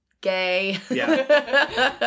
gay